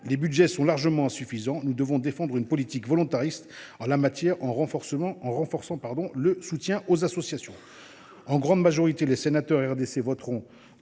les budgets sont largement insuffisants. Nous devons défendre en la matière une politique volontariste, en renforçant le soutien aux associations. La grande majorité des membres du RDSE votera